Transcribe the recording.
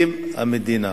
אם המדינה